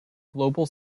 global